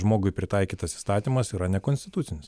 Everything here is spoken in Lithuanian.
žmogui pritaikytas įstatymas yra nekonstitucinis